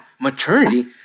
maternity